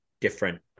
different